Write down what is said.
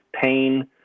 pain